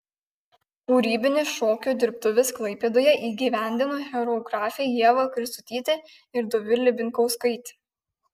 kūrybines šokio dirbtuves klaipėdoje įgyvendino choreografė ieva kristutytė ir dovilė binkauskaitė